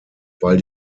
weil